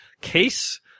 case